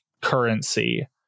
currency